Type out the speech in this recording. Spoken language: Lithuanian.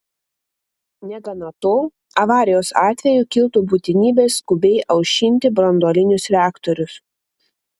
negana to avarijos atveju kiltų būtinybė skubiai aušinti branduolinius reaktorius